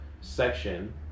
section